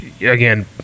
again